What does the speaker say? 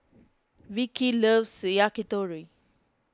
Vikki loves Yakitori